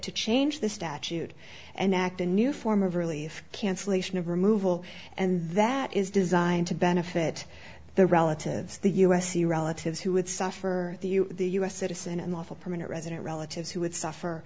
to change the statute and act a new form of relief cancellation of removal and that is designed to benefit the relatives the u s c relatives who would suffer the the us citizen and lawful permanent resident relatives who would suffer